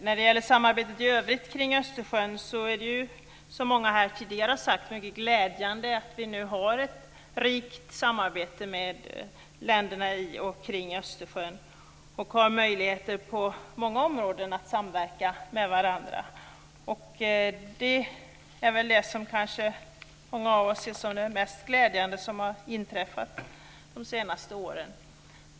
När det gäller samarbetet i övrigt är det, som många tidigare har sagt, mycket glädjande att vi nu har ett rikt samarbete med länderna kring Östersjön och har möjligheter på många områden att samverka med varandra. Det är det som kanske många av oss ser som det mest glädjande som har inträffat de senaste åren.